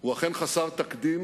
הוא אכן חסר תקדים